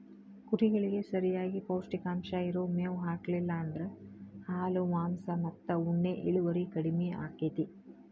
ಕುರಿಗಳಿಗೆ ಸರಿಯಾಗಿ ಪೌಷ್ಟಿಕಾಂಶ ಇರೋ ಮೇವ್ ಹಾಕ್ಲಿಲ್ಲ ಅಂದ್ರ ಹಾಲು ಮಾಂಸ ಮತ್ತ ಉಣ್ಣೆ ಇಳುವರಿ ಕಡಿಮಿ ಆಕ್ಕೆತಿ